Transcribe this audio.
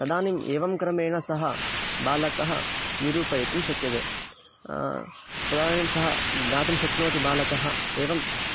तदानीम् एवं क्रमेण सः बालकः निरूपयितुं शक्यते तदानीं सः ज्ञातुं शक्नोति बालकः एवं